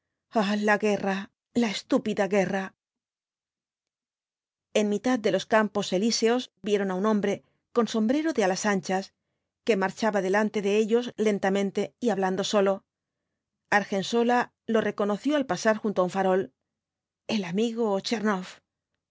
la guerra la estúpida guerra en mitad de los campos elíseos vieron á un hombre con sombrero de alas anchas que marchaba delante de ellos lentamente y hablando sol argensola lo reconoció al pasar junto á un farol el amigo tchernoff